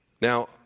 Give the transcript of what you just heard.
Now